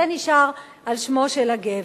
זה נשאר על שמו הגבר.